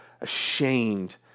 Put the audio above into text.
ashamed